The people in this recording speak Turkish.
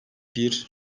bir